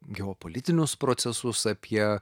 geopolitinius procesus apie